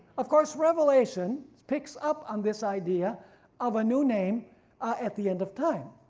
of course revelation picks up on this idea of a new name at the end of time.